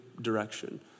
direction